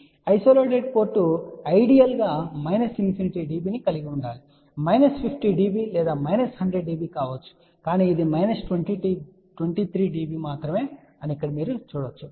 మరియు isolated port ideal గా minus infinity dB ని కలిగి ఉంటుంది లేదా మైనస్ 50 dB లేదా మైనస్ 100 dB కావచ్చు కానీ ఇది మైనస్ 23 dB మాత్రమే అని మీరు చూడవచ్చు